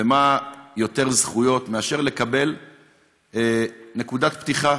ומה יותר זכויות מאשר לקבל נקודת פתיחה